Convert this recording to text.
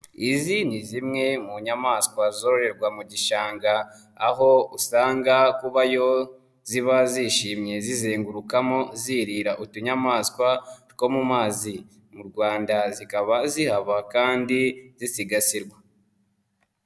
Izi ni zimwe mu nyamaswa zororerwa mu gishanga, aho usanga kuba yo ziba zishimye zizengurukamo zirira utunyamaswa two mu mazi, mu Rwanda zikaba zihaba kandi zisigasirwa.